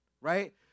right